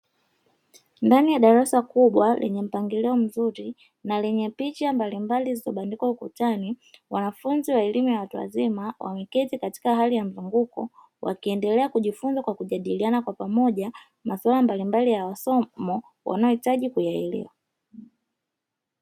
Ndani ya darasa kubwa lenye mpangilio mzuri na lenye picha mbalimbali zilizo bandikwa ukutani, wanafunzi wa elimu ya watu wazima wameketi katika hali ya mzunguko wakiendelea kujifunza kwa kujadiliana kwa pamoja maswala mbalimbali ya masomo wanayo hitaji kuyaelewa.